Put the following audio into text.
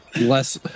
less